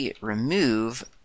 remove